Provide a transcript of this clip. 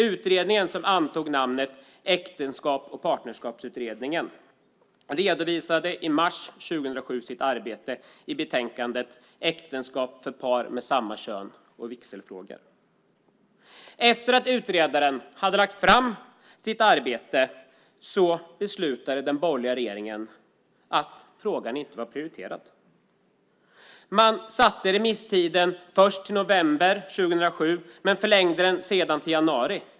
Utredningen som antog namnet Äktenskaps och partnerskapsutredningen redovisade i mars 2007 sitt arbete i betänkandet Äktenskap för par med samma kön - Vigselfrågor . Efter att utredaren hade lagt fram sitt arbete beslutade den borgerliga regeringen att frågan inte var prioriterad. Man satte först remisstiden till november 2007 men förlängde den sedan till januari.